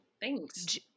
thanks